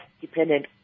dependent